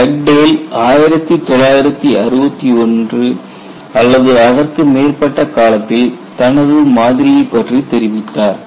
Dugdale 1961 அல்லது அதற்கு மேற்பட்ட காலத்தில் தனது மாதிரியைப் பற்றி தெரிவித்தார்